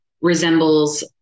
resembles